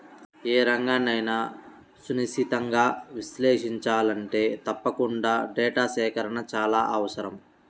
ఏ రంగన్నైనా సునిశితంగా విశ్లేషించాలంటే తప్పకుండా డేటా సేకరణ చాలా అవసరం